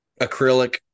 acrylic